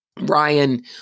Ryan